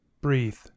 Breathe